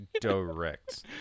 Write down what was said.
Direct